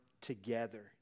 together